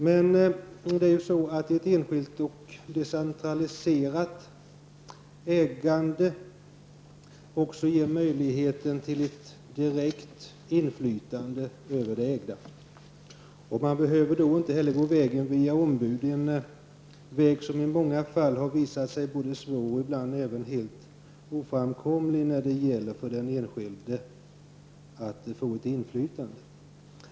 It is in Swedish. Men ett enskilt och decentraliserat ägande ger också möjlighet till ett direkt inflytande över det ägda. Man behöver då inte heller gå vägen via ombud, en väg som i många fall har visat sig svår och ibland även helt oframkomlig när det gäller för den enskilde att få ett inflytande.